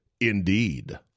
Indeed